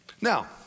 Now